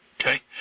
Okay